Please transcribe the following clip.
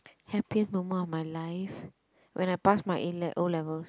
happiest moment of my life when I pass my A le~ O-levels